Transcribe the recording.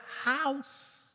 house